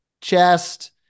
chest